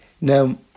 Now